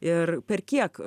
ir per kiek